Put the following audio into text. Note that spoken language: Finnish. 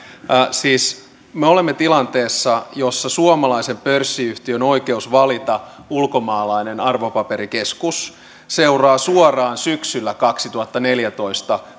siis me olemme tilanteessa jossa suomalaisen pörssiyhtiön oikeus valita ulkomaalainen arvopaperikeskus seuraa suoraan syksyllä kaksituhattaneljätoista